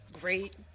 Great